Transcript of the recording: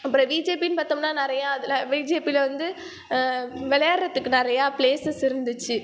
அப்பறம் விஜேபினு பார்த்தோம்னா நிறையா அதில் விஜேபியில் வந்து விளையாடுறத்துக்கு நிறையா ப்ளேசஸ் இருந்துச்சு